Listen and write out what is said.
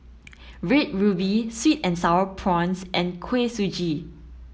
red ruby sweet and sour prawns and Kuih Suji